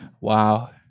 Wow